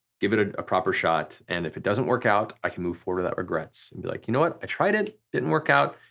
give it ah a proper shot, and if it doesn't work out i can move forward without regrets and be like you know what, i tried it, didn't work out,